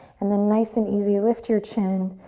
and then nice and easy, lift your chin,